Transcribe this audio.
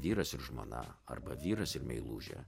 vyras ir žmona arba vyras ir meilužė